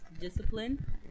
discipline